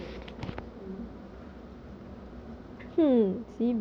ya lor mm so suay leh when she